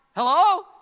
Hello